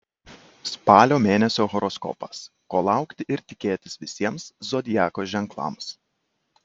spalio mėnesio horoskopas ko laukti ir tikėtis visiems zodiako ženklams